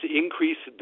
increase